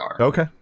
Okay